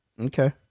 Okay